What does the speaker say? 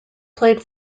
played